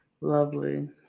Lovely